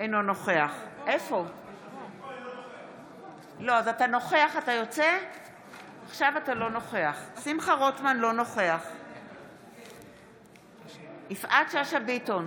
אינו נוכח יפעת שאשא ביטון,